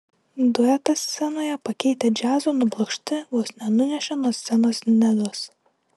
duetą scenoje pakeitę džiazo nublokšti vos nenunešė nuo scenos nedos